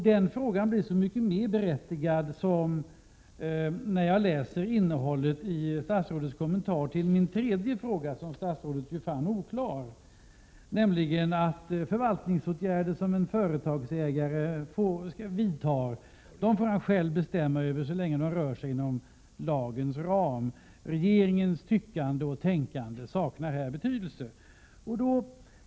Den frågan blir än mer berättigad när man tar del av innehållet i statsrådets kommentar till min tredje fråga. Statsrådet finner denna fråga något oklar och säger att förvaltningsåtgärder som en företagsägare vidtar får han själv 55 Prot. 1987/88:129 bestämma över så länge de rör sig inom lagens ram. Regeringens tyckande och tänkande saknar betydelse.